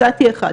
ומצאתי אחד.